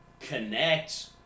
connect